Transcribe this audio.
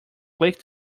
click